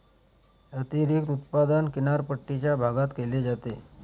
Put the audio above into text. अतिरिक्त उत्पादन किनारपट्टीच्या भागात केले जाते